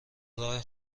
راهی